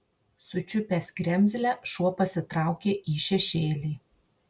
sučiupęs kremzlę šuo pasitraukė į šešėlį